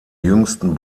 jüngsten